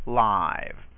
live